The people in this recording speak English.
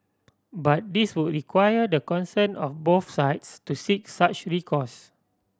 but this would require the consent of both sides to seek such recourse